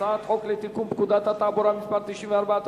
הצעת חוק לתיקון פקודת התעבורה (מס' 94),